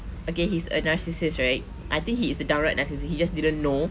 okay he's a narcissist right I think he is a downright narcissist he just didn't know